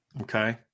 okay